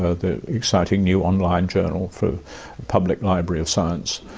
ah the exciting, new online journal for public library of science,